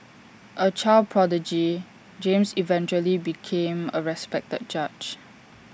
A child prodigy James eventually became A respected judge